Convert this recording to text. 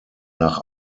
nach